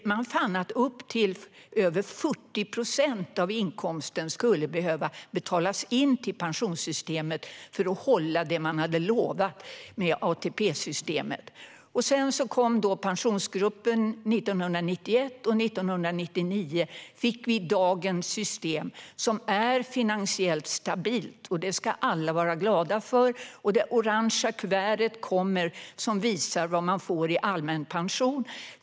Man fann att upp till över 40 procent av inkomsten skulle behöva betalas in till pensionssystemet för att det som man hade lovat skulle hålla med ATP-systemet. Pensionsgruppen tillsattes 1991, och 1999 fick vi dagens system, som är finansiellt stabilt. Det ska alla vara glada för. När det orangea kuvertet kommer visas hur mycket man får i allmän pension.